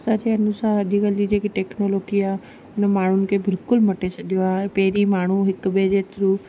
असांजे अनुसार अॼु कल्ह जी जेकी टेक्नोलोकी आहे उन माण्हुनि खे बिल्कुलु मटे छॾियो आहे पहिरीं माण्हू हिक ॿिए जे थ्रू